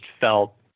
felt